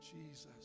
Jesus